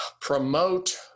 promote